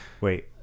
Wait